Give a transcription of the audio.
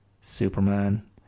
Superman